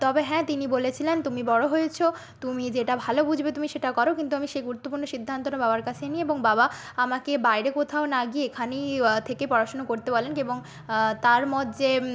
তবে হ্যাঁ তিনি বলেছিলেন তুমি বড় হয়েছো তুমি যেটা ভালো বুঝবে তুমি সেটা করো কিন্তু আমি সেই গুরুত্বপূর্ণ সিদ্ধান্তটা বাবার কাছেই নিই এবং বাবা আমাকে বাইরে কোথাও না গিয়ে এখানেই থেকে পড়াশুনো করতে বলেন এবং তার মত যে